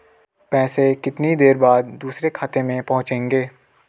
पैसे कितनी देर बाद दूसरे खाते में पहुंचेंगे?